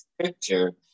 picture